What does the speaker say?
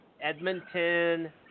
Edmonton